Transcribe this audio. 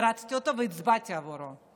הערצתי אותו והצבעתי עבורו.